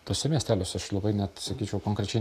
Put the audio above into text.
tuose miesteliuose aš labai net sakyčiau konkrečiai